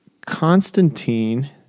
Constantine